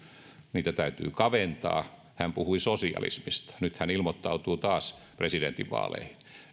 täytyy kaventaa hän puhui sosialismista nyt hän ilmoittautuu taas presidentinvaaleihin